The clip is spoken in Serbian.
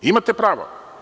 Imate pravo.